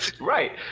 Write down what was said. right